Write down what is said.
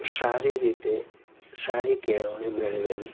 સારી રીતે સારી કેળવણી મેળવેલી